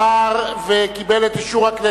(תיקון), התש"ע 2009, עבר וקיבל את אישור הכנסת.